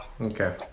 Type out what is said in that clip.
Okay